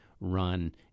run